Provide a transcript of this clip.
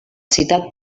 citat